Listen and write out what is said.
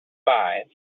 spies